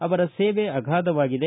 ಅವರ ಸೇವೆ ಅಗಾಧವಾಗಿದೆ